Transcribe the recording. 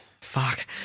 fuck